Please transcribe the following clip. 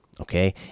okay